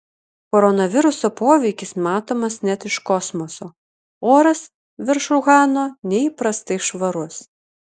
koronaviruso poveikis matomas net iš kosmoso oras virš uhano neįprastai švarus